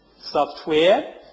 software